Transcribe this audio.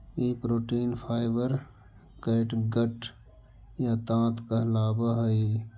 ई protein fibre catgut या ताँत कहलावऽ हई